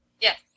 Yes